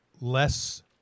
less